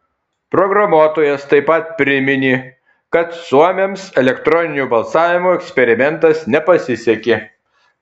programuotojas taip pat priminė kad suomiams elektroninio balsavimo eksperimentas nepasisekė